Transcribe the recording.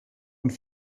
und